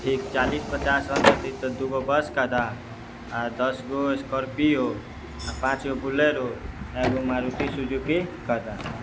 ठीक चालीस पचास आजतै तऽ दूगो बस कऽ दए आ दसगो स्कॉर्पिओ आ पाँचगो बुलेरो आ एगो मारुती सुजुकी कऽ दए